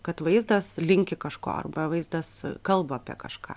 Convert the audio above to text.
kad vaizdas linki kažko arba vaizdas kalba apie kažką